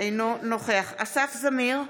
אינו נוכח אסף זמיר,